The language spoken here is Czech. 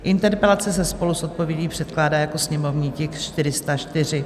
Interpelace se spolu s odpovědí předkládá jako sněmovní tisk 404.